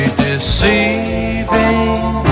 deceiving